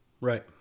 right